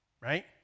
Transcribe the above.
right